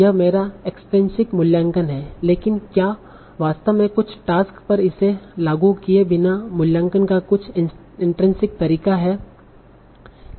यह मेरा एक्सट्रिनसिक मूल्यांकन है लेकिन क्या वास्तव में कुछ टास्क पर इसे लागू किए बिना मूल्यांकन का कुछ इनट्रिनसिक तरीका है